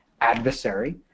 adversary